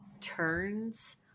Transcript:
turns